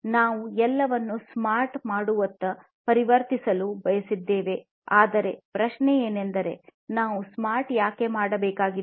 ನಾವು ಎಲ್ಲವನ್ನೂ ಸ್ಮಾರ್ಟ್ ಮಾಡುವತ್ತ ಪರಿವರ್ತಿಸಲು ಬಯಸುತ್ತೇವೆ ಆದರೆ ಪ್ರಶ್ನೆಯೆಂದರೆ ನಾವು ಯಾಕೆ ಸ್ಮಾರ್ಟ್ ಮಾಡಬೇಕಾಗಿದೆ